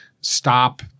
stop –